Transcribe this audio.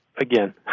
again